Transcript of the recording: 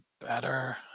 better